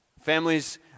families